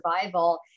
survival